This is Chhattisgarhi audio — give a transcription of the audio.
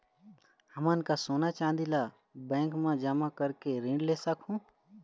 हमन का सोना चांदी ला बैंक मा जमा करके ऋण ले सकहूं?